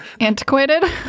Antiquated